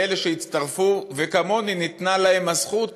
ואלה שהצטרפו וכמוני ניתנה להם הזכות